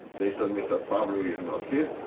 they said, mr. pavlo is not here,